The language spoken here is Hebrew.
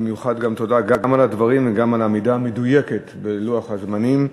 במיוחד תודה גם על הדברים וגם על העמידה המדויקת בלוח הזמנים.